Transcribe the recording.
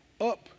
up